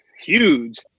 huge